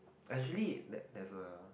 actually that there's a